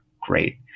great